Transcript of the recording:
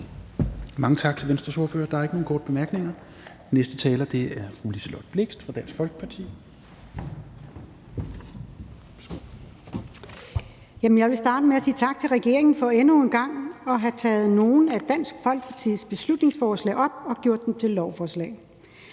tak til Venstres ordfører. Der er ikke nogen korte bemærkninger. Den næste taler er fru Liselott Blixt fra Dansk Folkeparti. Værsgo. Kl. 10:29 (Ordfører) Liselott Blixt (DF): Jeg vil starte med at sige tak til regeringen for endnu en gang at have taget nogle af Dansk Folkepartis beslutningsforslag op og gjort dem til lovforslag.